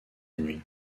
nuit